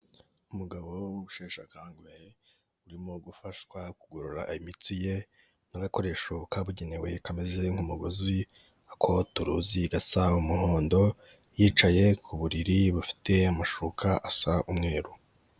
Umugabo usheshakanguhe, urimo gufashwa kugorora imitsi ye n'agakoresho kabugenewe kameze nk'umugozi, ako turuzi gasa umuhondo, yicaye ku buriri bufite amashuka asa umweru.